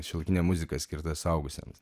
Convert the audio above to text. šiuolaikinė muzika skirta suaugusiems